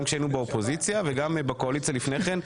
גם כשהיינו באופוזיציה וגם בקואליציה לפני כן,